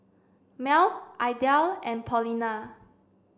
Mel Idell and Paulina